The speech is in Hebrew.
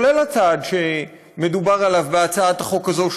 כולל הצעד שמדובר עליו בהצעת החוק הזאת,